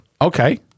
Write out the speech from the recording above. Okay